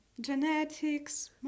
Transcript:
genetics